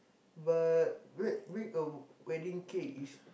but make make a wedding cake is